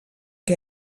que